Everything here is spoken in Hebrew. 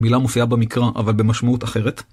המילה מופיעה במקרא, אבל במשמעות אחרת.